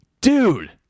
dude